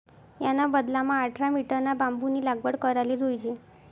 याना बदलामा आठरा मीटरना बांबूनी लागवड कराले जोयजे